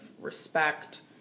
respect